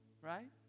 right